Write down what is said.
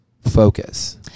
focus